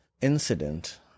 incident